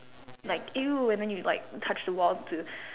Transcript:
like you and then you like touch the wall to